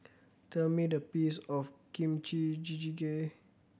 tell me the peace of Kimchi Jjigae